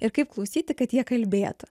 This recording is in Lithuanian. ir kaip klausyti kad jie kalbėtų